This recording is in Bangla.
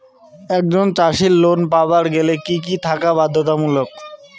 একজন চাষীর লোন পাবার গেলে কি কি থাকা বাধ্যতামূলক?